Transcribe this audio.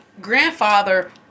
grandfather